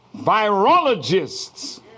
virologists